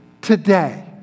today